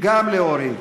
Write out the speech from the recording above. גם להוריד.